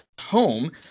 home